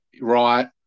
right